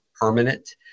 permanent